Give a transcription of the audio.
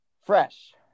fresh